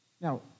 Now